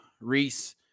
Reese